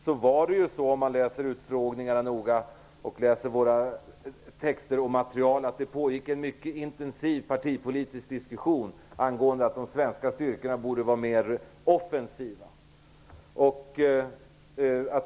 Om man läser protokollen från utfrågningarna och våra texter och vårt materiel noga ser man att det pågick en mycket intensiv partipolitisk diskussion angående att de svenska styrkorna borde vara mer offensiva.